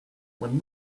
when